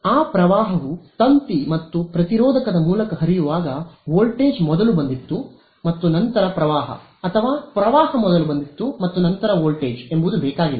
ಆ ಪ್ರವಾಹವು ತಂತಿ ಮತ್ತು ಪ್ರತಿರೋಧಕದ ಮೂಲಕ ಹರಿಯುವಾಗ ವೋಲ್ಟೇಜ್ ಮೊದಲು ಬಂದಿತು ಮತ್ತು ನಂತರ ಪ್ರವಾಹ ಅಥವಾ ಪ್ರವಾಹ ಮೊದಲು ಬಂದಿತು ಮತ್ತು ನಂತರ ವೋಲ್ಟೇಜ್ ಎಂಬುದು ಬೇಕಾಗಿಲ್ಲ